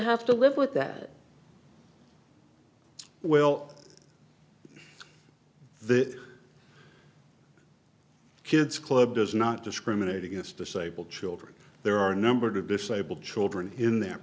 have to live with that well the kids club does not discriminate against disabled children there are numbered of disabled children in that